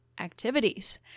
activities